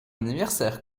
anniversaire